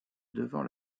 devant